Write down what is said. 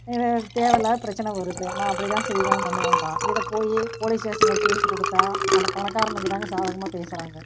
தேவையில்லாத பிரச்சனை வருது நான் அப்படித்தான் செய்வேன் பண்ணுவன்னும்பான் இதை போய் போலீஸ் ஸ்டேஷனில் கேஸ் கொடுத்தா அந்த பணக்காரனுக்குதாங்க சாதகமாக பேசுறாங்க